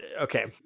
Okay